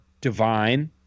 divine